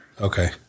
Okay